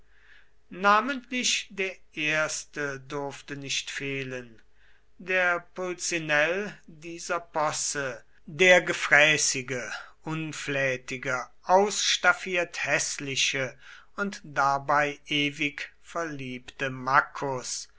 namentlich der erste durfte nicht fehlen der pulcinell dieser posse der gefräßige unflätige ausstaffiert häßliche und dabei ewig verliebte maccus